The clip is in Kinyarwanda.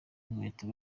inkweto